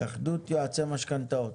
מהתאחדות יועצי המשכנתאות,